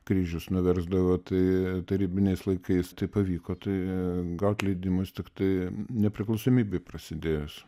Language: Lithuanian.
kryžius nuversdavo tai tarybiniais laikais tai pavyko tai gaut leidimus tiktai nepriklausomybei prasidėjus